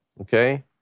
Okay